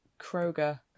Kroger